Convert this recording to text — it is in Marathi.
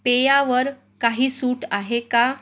पेयावर काही सूट आहे का